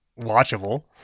watchable